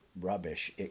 rubbish